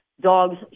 dogs